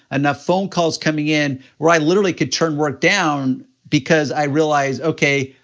enough phone calls coming in, where i literally could turn work down because i realized, okay,